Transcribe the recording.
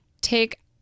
take